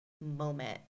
moment